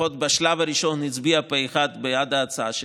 לפחות בשלב הראשון הצביעה פה אחד בעד ההצעה שלי: